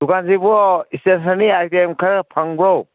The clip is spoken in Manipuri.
ꯗꯨꯀꯥꯟꯁꯤꯕꯨ ꯏꯁꯇꯦꯁꯟꯅꯔꯤ ꯑꯥꯏꯇꯦꯝ ꯈꯔ ꯐꯪꯕ꯭ꯔꯣ